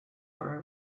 for